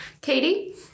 katie